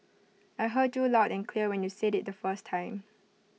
I heard you loud and clear when you said IT the first time